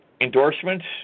endorsements